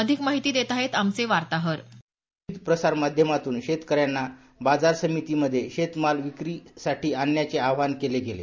अधिक माहिती देत आहेत आमचे वार्ताहर विविध प्रसारमाध्यमातून शेतकऱ्यांना बाजार समितीमध्ये शेतमाल विक्रीसाठी आणण्याचे आव्हान केले गेले